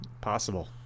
Possible